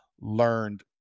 learned